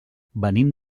venim